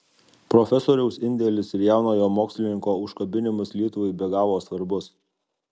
profesoriaus indelis ir jaunojo mokslininko užkabinimas lietuvai be galo svarbus